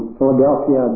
Philadelphia